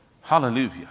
Hallelujah